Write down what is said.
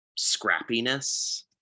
scrappiness